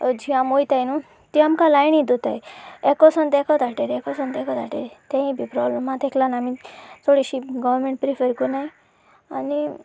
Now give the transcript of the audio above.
जीं आमी वोयताय न्हय ती आमकां लायनी दवरताय एकोसोन ताका धाडटाय एकोसोन ताका धाडटाय तेंय बी प्रोब्लम आसा ताका लागून आमी चडशी गोवमेंट प्रिफर कोरनाय आनी